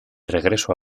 regreso